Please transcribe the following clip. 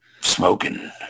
smoking